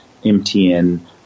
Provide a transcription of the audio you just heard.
MTN